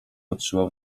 patrzyła